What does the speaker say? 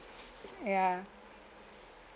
ya